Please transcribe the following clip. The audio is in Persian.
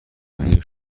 اگه